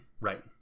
right